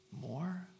more